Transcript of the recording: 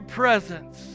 presence